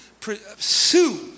pursue